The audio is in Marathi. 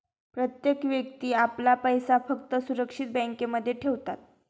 प्रत्येक व्यक्ती आपला पैसा फक्त सुरक्षित बँकांमध्ये ठेवतात